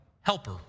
helper